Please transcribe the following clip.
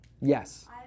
Yes